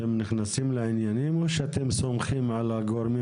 אתם נכנסים לעניינים או שאתם סומכים על הגורמים